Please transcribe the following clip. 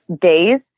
days